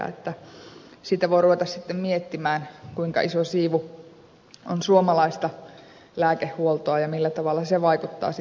siitä voi ruveta sitten miettimään kuinka iso siivu on suomalaista lääkehuoltoa ja millä tavalla se vaikuttaa sitten asioihin